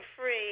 free